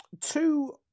Two